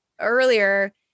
earlier